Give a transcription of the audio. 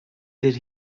did